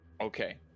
okay